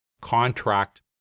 contract